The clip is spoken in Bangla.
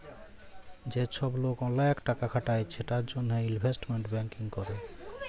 যে চ্ছব লোক ওলেক টাকা খাটায় সেটার জনহে ইলভেস্টমেন্ট ব্যাঙ্কিং ক্যরে